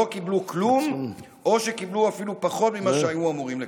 לא קיבלו כלום או שקיבלו אפילו פחות ממה שהיו אמורים לקבל.